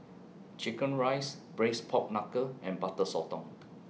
Chicken Rice Braised Pork Knuckle and Butter Sotong